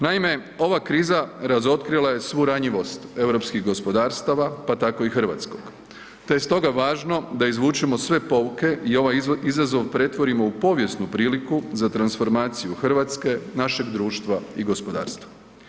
Naime, ova kriza razotkrila je svu ranjivost europskih gospodarstava pa tako i hrvatskog te je stoga važno da izvučemo sve pouke i ovaj izazov pretvorimo u povijesnu priliku za transformaciju Hrvatske, našeg društva i gospodarstva.